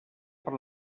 per